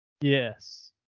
Yes